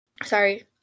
Sorry